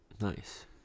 Nice